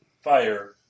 fire